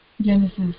Genesis